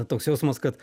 toks jausmas kad